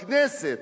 בכנסת,